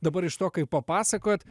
dabar iš to kaip papasakojot